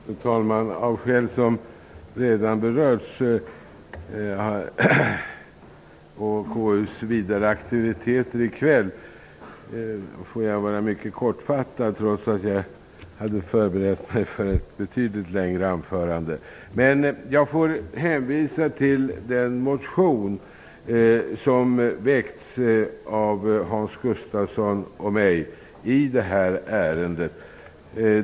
Fru talman! Av skäl som redan har berörts och på grund av KU:s vidare aktiviteter i kväll måste jag vara mycket kortfattad, trots att jag hade förberett ett betydligt längre anförande. Men jag hänvisar till den motion som har väckts av Hans Gustafsson och mig i detta ärende.